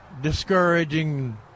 discouraging